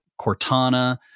Cortana